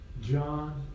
John